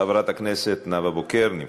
חברת הכנסת נאוה בוקר, נמחק.